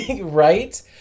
right